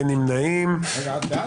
הצבעה בעד 8 נגד 5 נמנעים אין אושר.